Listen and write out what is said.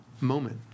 moment